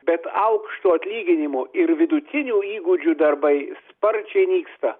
bet aukšto atlyginimo ir vidutinių įgūdžių darbai sparčiai nyksta